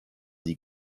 die